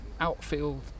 outfield